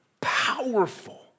Powerful